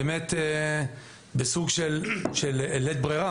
באמת בסוג של לית ברירה,